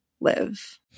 live